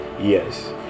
yes